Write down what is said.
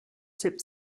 sept